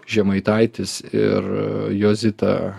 žemaitaitis ir jozita